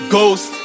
Ghost